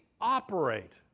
operate